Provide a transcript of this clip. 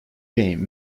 game